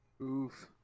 Oof